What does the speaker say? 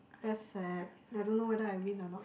that's sad I don't know whether I win or not